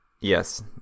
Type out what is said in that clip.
Yes